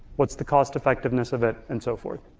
what's the cost-effectiveness of it and so forth.